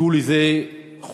חיכו לזה חודשים,